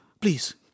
Please